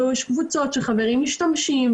ויש קבוצות שחברים משתמשים,